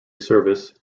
service